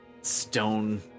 stone